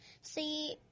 see